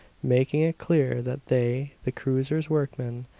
making it clear that they, the cruiser's workmen,